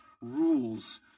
rules